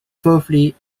thoroughly